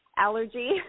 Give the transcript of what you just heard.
Allergy